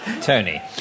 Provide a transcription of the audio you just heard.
Tony